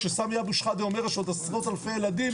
כשסמי אבו שחאדה אומר שעוד עשרות אלפי ילדים,